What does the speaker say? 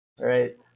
Right